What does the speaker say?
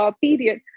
period